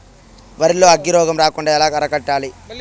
వరి లో అగ్గి రోగం రాకుండా ఎలా అరికట్టాలి?